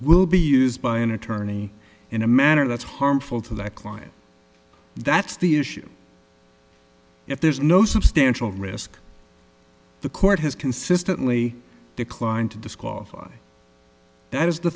will be used by an attorney in a manner that's harmful to that client that's the issue if there's no substantial risk the court has consistently declined to disqualify that is the